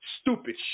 stupid